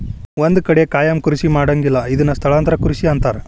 ಒಂದ ಕಡೆ ಕಾಯಮ ಕೃಷಿ ಮಾಡಂಗಿಲ್ಲಾ ಇದನ್ನ ಸ್ಥಳಾಂತರ ಕೃಷಿ ಅಂತಾರ